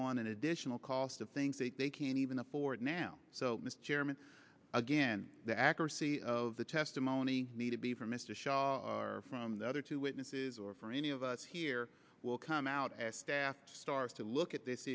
on an additional cost of things that they can't even afford now so mr chairman again the accuracy of the testimony need to be from mr shaw from the other two witnesses or for any of us here will come out as staff starts to look at this